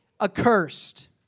accursed